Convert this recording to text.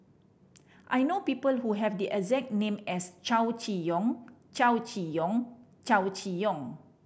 I know people who have the exact name as Chow Chee Yong Chow Chee Yong Chow Chee Yong